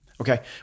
Okay